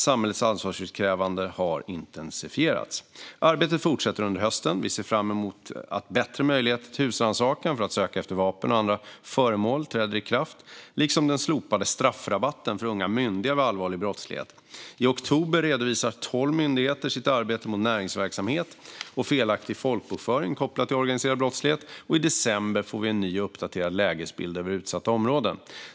Samhällets ansvarsutkrävande har intensifierats. Arbetet fortsätter under hösten. Vi ser fram emot att bättre möjligheter till husrannsakan för att söka efter vapen och andra föremål träder i kraft, liksom den slopade straffrabatten för unga myndiga vid allvarlig brottslighet. I oktober redovisar tolv myndigheter sitt arbete mot näringsverksamhet och felaktig folkbokföring kopplat till organiserad brottslighet, och i december får vi en ny, uppdaterad lägesbild över utsatta områden.